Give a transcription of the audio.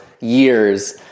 years